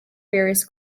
various